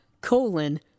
colon